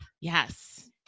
Yes